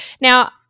Now